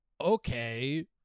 Okay